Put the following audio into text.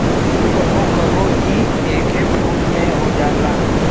कबो कबो इ एके फूल में हो जाला